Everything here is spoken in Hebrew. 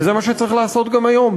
וזה מה שצריך לעשות גם היום,